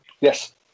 Yes